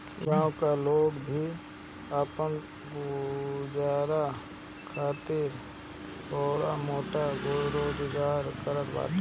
गांव का लोग भी आपन गुजारा खातिर छोट मोट रोजगार करत बाटे